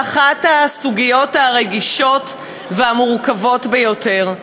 אחת הסוגיות הרגישות והמורכבות ביותר.